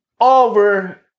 over